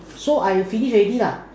so I finish already lah